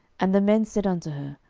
and the men said unto her,